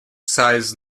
size